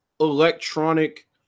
electronic